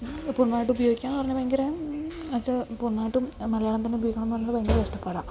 പുർണ്ണമായിട്ടും ഉപയോഗിക്കുക എന്ന് പറഞ്ഞാൽ ഭയങ്കര അത് പുർണ്ണമായിട്ടും മലയാളം തന്നെ ഉപയോഗിക്കണം എന്ന് പറഞ്ഞാൽ ഭയങ്കര കഷ്ടപ്പാടാണ്